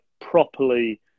properly